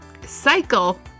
cycle